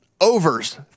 Overs